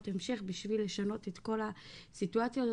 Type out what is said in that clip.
המשך כדי לשנות את הסיטואציה הזאת,